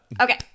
Okay